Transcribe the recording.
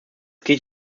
geht